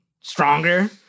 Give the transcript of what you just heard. stronger